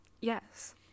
Yes